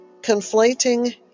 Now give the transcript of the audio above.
conflating